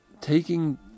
taking